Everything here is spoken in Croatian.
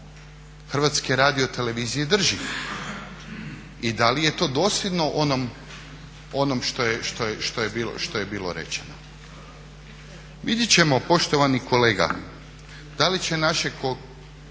glavni ravnatelj HRT-a drži i da li je to dosljedno onom što je bilo rečeno. Vidjet ćemo poštovani kolega da li će naše